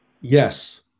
Yes